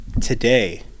Today